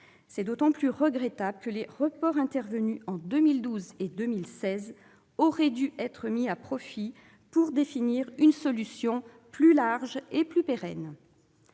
C'est d'autant plus regrettable que les reports intervenus en 2012 et en 2016 auraient dû être mis à profit pour définir une solution plus large et plus pérenne.